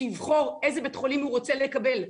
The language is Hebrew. שייבחר איזה בית חולים הוא רוצה לקבל,